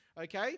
Okay